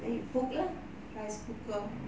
then you cook lah rice cooker